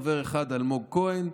חבר אחד: אלמוג כהן,